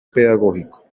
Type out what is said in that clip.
pedagógico